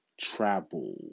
travel